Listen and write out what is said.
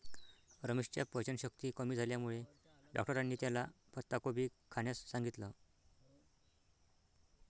रमेशच्या पचनशक्ती कमी झाल्यामुळे डॉक्टरांनी त्याला पत्ताकोबी खाण्यास सांगितलं